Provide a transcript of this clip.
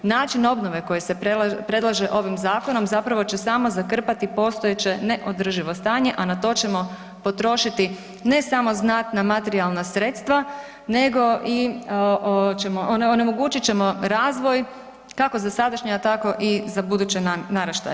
Način obnove koji se predlaže ovim zakonom zapravo će samo zakrpati postojeće neodrživo stanje a na to ćemo potrošiti ne samo znatna materijalna sredstva nego onemogućit ćemo razvoj kako za sadašnja a tako i za buduće naraštaje.